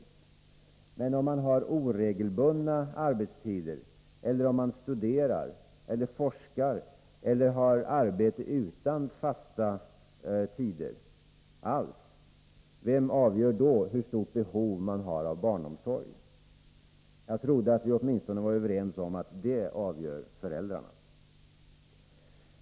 Men hur är det om man har oregelbundna arbetstider, om man studerar, forskar eller har arbete utan fasta tider alls? Vem avgör då hur stort behov man har av barnomsorg? Jag trodde att vi åtminstone var överens om att föräldrarna avgör detta.